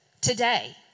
Today